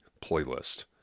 playlist